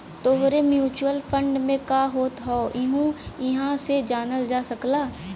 तोहरे mutual fund में का होत हौ यहु इहां से जानल जा सकला